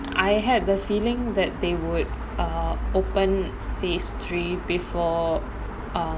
I had the feeling that they would err open phase three before um